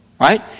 right